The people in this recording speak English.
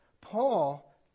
paul